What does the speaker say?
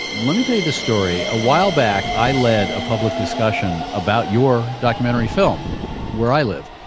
let me tell you this story a while back, i led a public discussion about your documentary film where i live.